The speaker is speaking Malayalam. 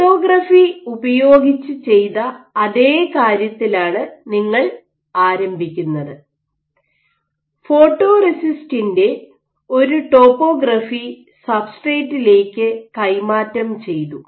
ലിത്തോഗ്രാഫി ഉപയോഗിച്ച ചെയ്ത അതേ കാര്യത്തിലാണ് നിങ്ങൾ ആരംഭിക്കുന്നത് ഫോട്ടോറെസിസ്റ്റിന്റെ ഒരു ടോപ്പോഗ്രാഫി സബ്സ്ട്രേറ്റിലേക്ക് കൈമാറ്റം ചെയ്തു